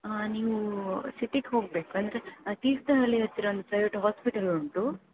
ನೀವು ಸಿಟಿಗೆ ಹೋಗಬೇಕು ಅಂದರೆ ತೀರ್ಥಹಳ್ಳಿ ಹತ್ತಿರ ಒಂದು ಪ್ರೈವೇಟ್ ಹಾಸ್ಪಿಟಲ್ ಉಂಟು